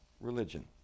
religion